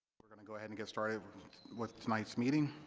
we're gonna go ahead and get started with tonight's meeting